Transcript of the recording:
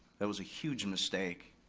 that was a huge mistake,